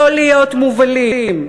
לא להיות מובלים,